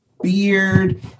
Beard